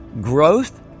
growth